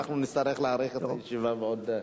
אנחנו נצטרך להאריך את הישיבה בעוד,